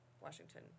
Washington